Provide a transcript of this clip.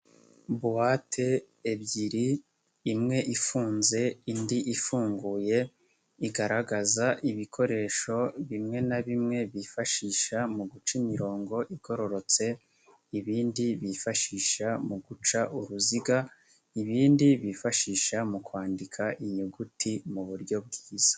Buwate ebyiri imwe ifunze indi ifunguye igaragaza ibikoresho bimwe na bimwe bifashisha mu guca imirongo igororotse, ibindi bifashisha mu guca uruziga, ibindi bifashisha mu kwandika inyuguti mu buryo bwiza.